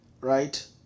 right